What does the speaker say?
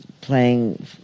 playing